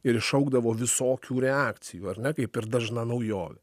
ir iššaukdavo visokių reakcijų ar ne kaip ir dažna naujovė